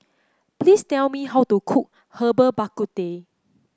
please tell me how to cook Herbal Bak Ku Teh